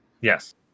Yes